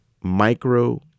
micro